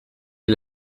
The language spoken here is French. est